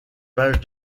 pages